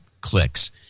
clicks